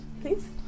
please